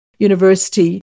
university